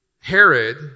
Herod